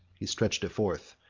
he stretched it forth,